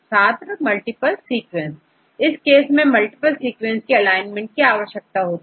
छात्र multiple sequence इस case में मल्टीप्ल सीक्वेंस की एलाइनमेंट की आवश्यकता होगी